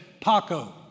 Paco